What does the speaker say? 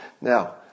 Now